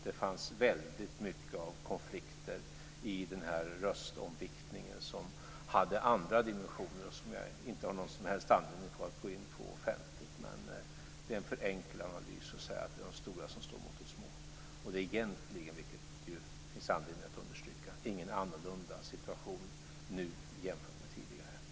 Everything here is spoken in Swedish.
Det fanns väldigt mycket av konflikter i frågan om röstomviktningen som hade andra dimensioner och som jag inte har någon som helst anledning att gå in på offentligt. Men det är en för enkel analys att säga att det är de stora länderna som står mot de små. Och det är egentligen, vilket finns anledning att understryka, ingen annorlunda situation nu jämfört med tidigare.